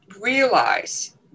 realize